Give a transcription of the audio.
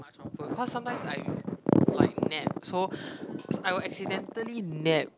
much on food cause sometimes I like nap so I will accidentally nap